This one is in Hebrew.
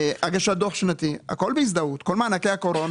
הגשת דוח שנתי, הכול בהזדהות, כל מענקי הקורונה.